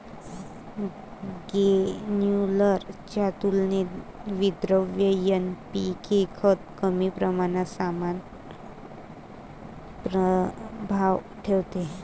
granular च्या तुलनेत विद्रव्य एन.पी.के खत कमी प्रमाणात समान प्रभाव ठेवते